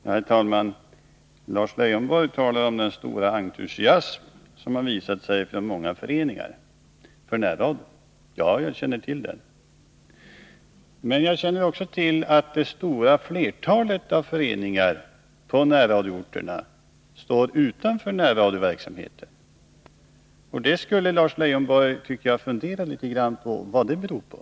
Herr talman! Lars Leijonborg talar om den stora entusiasm som från många föreningar har visats för närradion. Ja, jag känner till den. Men jag känner också till att det stora flertalet föreningar på närradioorterna står utanför närradioverksamheten. Jag tycker att Lars Leijonborg skulle fundera litet grand över vad det beror på.